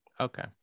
Okay